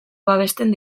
babesten